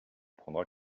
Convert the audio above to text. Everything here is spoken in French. prendra